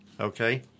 okay